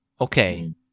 Okay